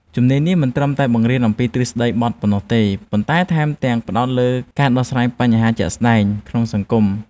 ជំនាញនេះមិនត្រឹមតែបង្រៀនអំពីទ្រឹស្តីបទប៉ុណ្ណោះទេ ប៉ុន្តែថែមទាំងផ្ដោតទៅលើការដោះស្រាយបញ្ហាជាក់ស្តែងក្នុងសង្គម។